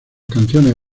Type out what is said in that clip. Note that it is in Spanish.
canciones